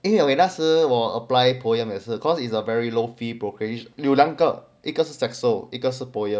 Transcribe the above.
因为 when 那时我 apply POEMS 也是 cause it's a very low fee brokerage 有两个一个是 tesla 一个是 POEMS